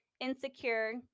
insecure